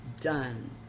done